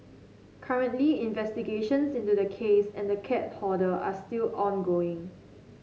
currently investigations into the case and the cat hoarder are still ongoing